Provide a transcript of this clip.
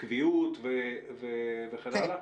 קביעות וכן הלאה?